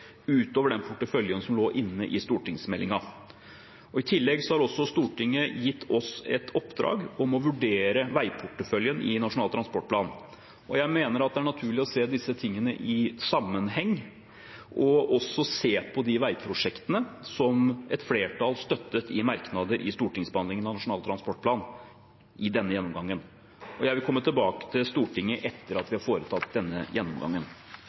utover den porteføljen som lå inne i stortingsmeldingen. I tillegg har også Stortinget gitt oss i oppdrag å vurdere veiporteføljen i Nasjonal transportplan. Jeg mener det er naturlig å se disse tingene i sammenheng og også se på de veiprosjektene som et flertall støttet i merknader i stortingsbehandlingen av Nasjonal transportplan i denne gjennomgangen. Jeg vil komme tilbake til Stortinget etter at vi har foretatt den gjennomgangen.